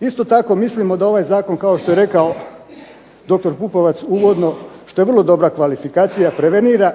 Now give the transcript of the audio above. Isto tako mislimo da ovaj Zakon kao što je rekao dr. Pupovac uvodno što je vrlo dobra kvalifikacija prevenira